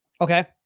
Okay